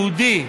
יהודי,